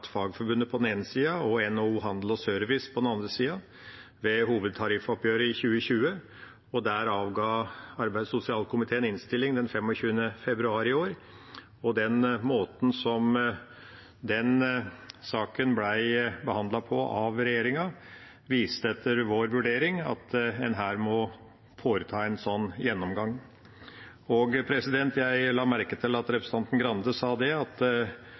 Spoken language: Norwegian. ene sida og NHO Service og Handel på den andre sida ved hovedtariffoppgjøret i 2020. Der avga arbeids- og sosialkomiteen innstilling den 25. februar i år, og den måten den saken ble behandlet på av regjeringa, viste etter vår vurdering at en her må foreta en slik gjennomgang. Jeg la merke til at representanten Grande sa at